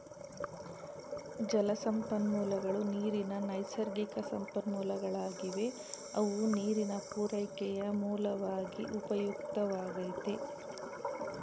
ಜಲಸಂಪನ್ಮೂಲಗಳು ನೀರಿನ ನೈಸರ್ಗಿಕಸಂಪನ್ಮೂಲಗಳಾಗಿವೆ ಅವು ನೀರಿನ ಪೂರೈಕೆಯ ಮೂಲ್ವಾಗಿ ಉಪಯುಕ್ತವಾಗೈತೆ